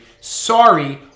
Sorry